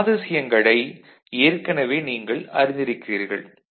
இதன் குணாதிசியங்களை ஏற்கனவே நீங்கள் அறிந்திருக்கிறீர்கள்